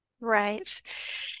right